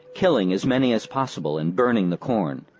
killing as many as possible and burning the corn.